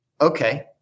Okay